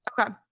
Okay